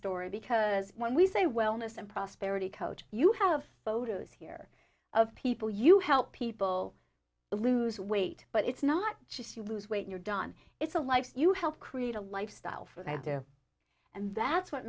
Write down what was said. story because when we say wellness and prosperity coach you have photos here of people you help people lose weight but it's not just you lose weight you're done it's a life you help create a lifestyle for the idea and that's what